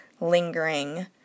lingering